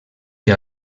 que